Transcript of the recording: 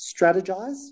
strategize